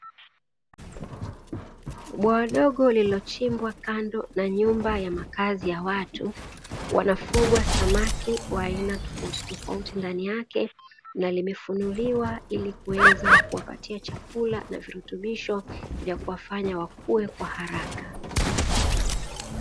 Bwawa dogo lililochimbwa na kando na nyumba ya makazi ya watu wanafugwa samaki wa aina tofautitofauti, ndani yake na limefunuliwa ili kuweza kuwapatia chakula na virutubisho vya kuwafanya wakue kwa haraka.